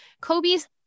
Kobe's